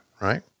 Right